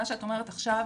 שמה שאת אומרת עכשיו